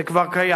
זה כבר קיים.